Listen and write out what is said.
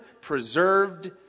preserved